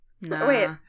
Wait